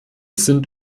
sind